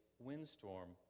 Windstorm